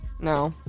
No